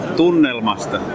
tunnelmasta